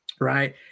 Right